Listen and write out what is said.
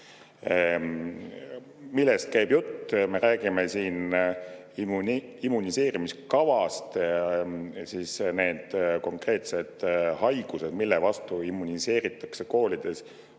Millest käib jutt? Me räägime immuniseerimiskavast. Need konkreetsed haigused, mille vastu immuniseeritakse koolides,